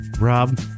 Rob